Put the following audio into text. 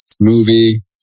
movie